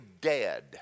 dead